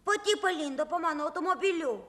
pati palindo po mano automobiliu